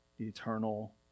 Eternal